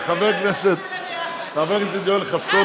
חבר הכנסת יואל חסון,